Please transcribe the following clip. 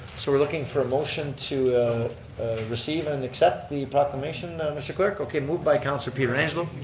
so we're looking for a motion to receive and accept the proclamation mr. clerk? okay moved by councilor pietrangelo.